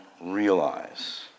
realize